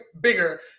bigger